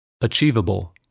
Achievable